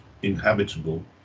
inhabitable